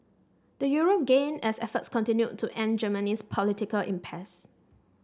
the euro gained as efforts continued to end Germany's political impasse